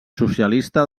socialista